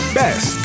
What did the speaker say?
best